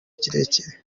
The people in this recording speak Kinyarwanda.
kirekire